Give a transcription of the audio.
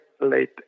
late